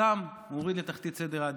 אותם הוא הוריד לתחתית סדר העדיפויות,